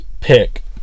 pick